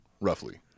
roughly